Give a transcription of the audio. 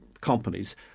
companies